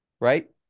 right